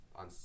on